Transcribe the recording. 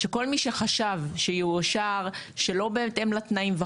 כל מי שחשב שיאושר שלא בהתאם לתנאים,